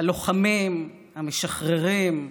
הלוחמים, המשחררים,